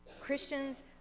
Christians